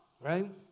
Right